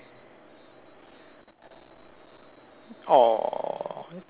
!aww!